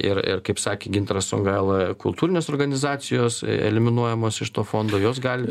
ir ir kaip sakė gintaras songaila kultūrinės organizacijos eliminuojamos iš to fondo jos gali